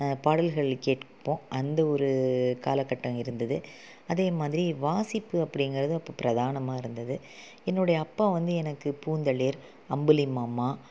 பாடல்கள் கேட்போம் அந்த ஒரு காலக்கட்டம் இருந்தது அதேமாதிரி வாசிப்பு அப்படிங்கறது அப்போ பிரதானமாக இருந்தது என்னுடைய அப்பா வந்து எனக்கு பூந்தளிர் அம்புலிமாமா